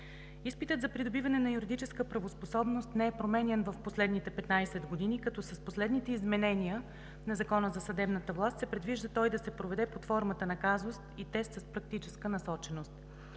Изпитът за придобиване на юридическа правоспособност не е променян в последните 15 години, като с последните изменения на Закона за съдебната власт се предвижда той да се проведе под формата на казус и тест с практическа насоченост.